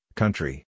country